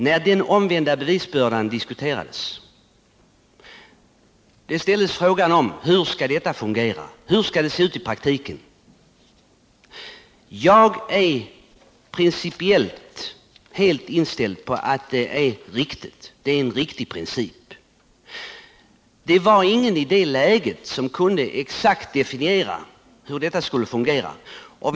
När den omvända bevisbördan diskuterades ställdes frågan: Hur skall det fungera, hur skall det se ut i praktiken? Min inställning är att det är en helt riktig princip. Men det var ingen som i det läget exakt kunde tala om hur den skulle fungera i praktiken.